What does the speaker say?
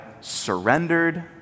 surrendered